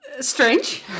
Strange